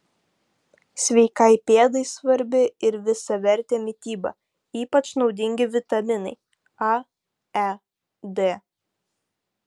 sveikai pėdai svarbi ir visavertė mityba ypač naudingi vitaminai a e d